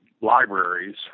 libraries